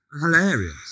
hilarious